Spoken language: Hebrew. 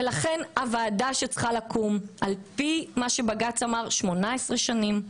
על פי מה שאמר בג"ץ 18 שנים,